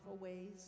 ways